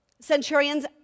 Centurions